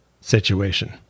situation